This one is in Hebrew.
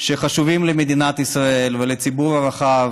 שחשובים למדינת ישראל ולציבור הרחב,